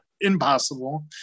impossible